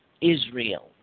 Israel